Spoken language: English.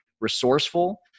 resourceful